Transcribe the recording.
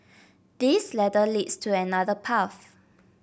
this ladder leads to another path